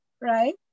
right